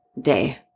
day